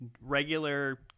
regular